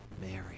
Mary